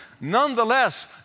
Nonetheless